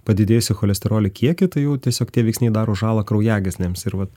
padidėjusį cholesterolio kiekį tai jau tiesiog tie veiksniai daro žalą kraujagyslėms ir vat